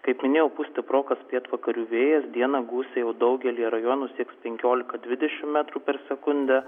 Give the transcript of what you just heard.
kaip minėjau pūs stiprokas pietvakarių vėjas dieną gūsiai daugelyje rajonų sieks penkiolika dvidešimt metrų per sekundę